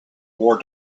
war